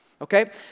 Okay